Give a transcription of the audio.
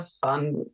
fun